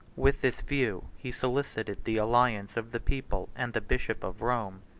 with this view, he solicited the alliance of the people and the bishop of rome.